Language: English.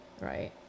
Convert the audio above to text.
Right